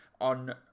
on